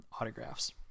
autographs